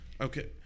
Okay